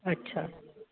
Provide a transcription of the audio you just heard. अच्छा